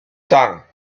temps